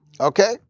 Okay